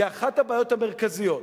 כי אחת הבעיות המרכזיות,